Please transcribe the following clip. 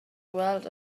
wealth